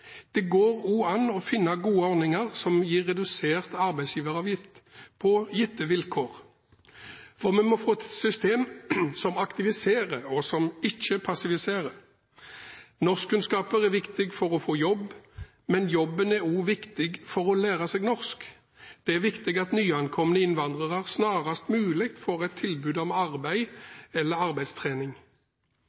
Det går også an å finne gode ordninger som gir redusert arbeidsgiveravgift på gitte vilkår. Vi må få til et system som aktiviserer og ikke passiviserer. Norskkunnskaper er viktig for å få jobb, men jobben er også viktig for å lære seg norsk. Det er viktig at nyankomne innvandrere snarest mulig får et tilbud om arbeid eller arbeidstrening.